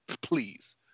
please